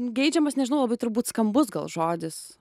geidžiamas nežinau labai turbūt skambus gal žodis